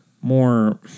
more